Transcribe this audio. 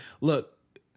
look